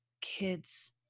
kids